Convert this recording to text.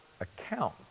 account